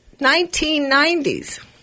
1990s